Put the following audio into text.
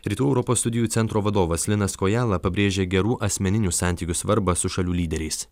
rytų europos studijų centro vadovas linas kojala pabrėžė gerų asmeninių santykių svarbą su šalių lyderiais